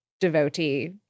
devotee